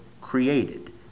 created